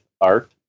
art